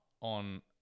on